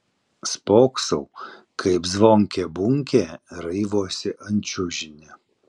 spoksau kaip zvonkė bunkė raivosi ant čiužinio